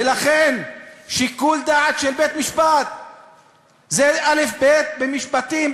ולכן שיקול דעת של בית-משפט זה אלף-בית במשפטים,